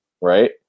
right